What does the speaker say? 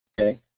okay